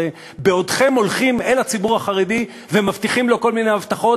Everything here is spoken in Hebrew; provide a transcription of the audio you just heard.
בעודכם הולכים אל הציבור החרדי ומבטיחים לו כל מיני הבטחות,